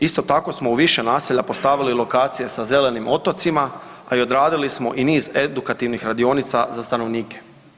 Isto tako smo u više naselja postavili lokacije sa zelenim otocima, a i odradili smo i niz edukativnih radionica za stanovnike.